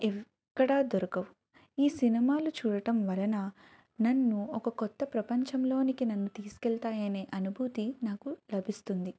ఎవ్ ఎక్కడా దొరకవు ఈ సినిమాలు చూడటం వలన నన్ను ఒక కొత్త ప్రపంచంలోనికి నన్ను తీసుకు వెళ్తాయనే అనుభూతి నాకు లభిస్తుంది